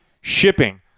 shipping